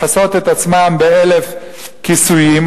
לכסות את עצמם באלף כיסויים,